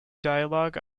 dialogue